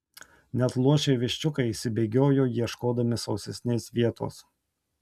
net luošiai viščiukai išsibėgiojo ieškodami sausesnės vietos